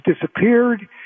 disappeared